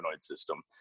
system